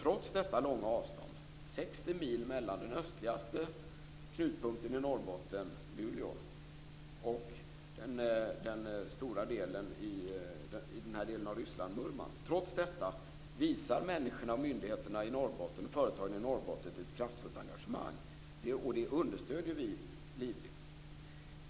Trots detta långa avstånd på 60 mil mellan den östligaste knutpunkten i Norrbotten, Luleå, och den här delen av Ryssland, Murmansk, visar människorna och företagen i Norrbotten ett kraftfullt engagemang. Det understöder vi livligt.